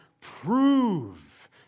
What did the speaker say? prove